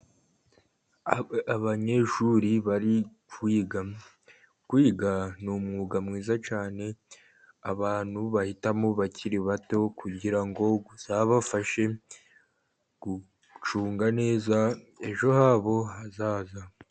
Abanyeshuri bari kwiga. Kwiga ni umwuga mwiza cyane, abantu bahitamo bakiri bato, kugira ngo uzabafashe gucunga neza ejo habo hazaza.